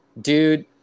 Dude